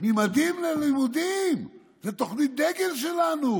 ממדים ללימודים היא תוכנית הדגל שלנו.